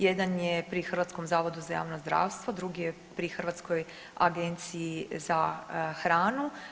Jedan je pri Hrvatskom zavodu za javno zdravstvo, drugi je pri Hrvatskoj agenciji za hranu.